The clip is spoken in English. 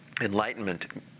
enlightenment